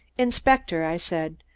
inspector, i said,